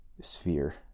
sphere